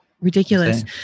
ridiculous